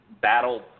battle